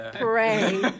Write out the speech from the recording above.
pray